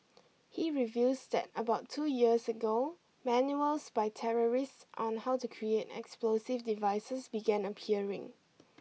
he reveals that about two years ago manuals by terrorists on how to create explosive devices began appearing